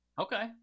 Okay